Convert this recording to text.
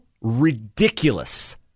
ridiculous